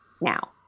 now